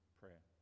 prayer